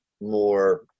more